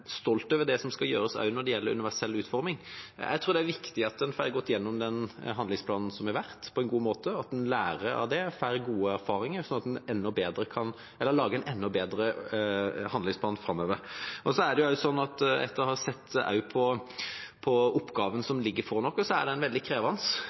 stolt over det som skal gjøres, også når det gjelder universell utforming. Jeg tror det er viktig at en får gått igjennom den handlingsplanen som har vært, på en god måte, og at en lærer av det, får gode erfaringer, slik at en kan lage en enda bedre handlingsplan framover. Etter å ha sett på oppgaven som ligger foran oss, ser en at